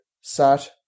sat